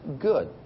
good